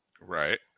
Right